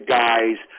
guys